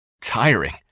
tiring